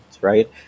right